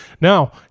Now